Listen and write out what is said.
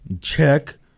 check